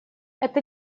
это